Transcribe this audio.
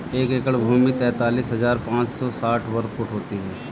एक एकड़ भूमि तैंतालीस हज़ार पांच सौ साठ वर्ग फुट होती है